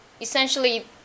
essentially